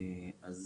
אז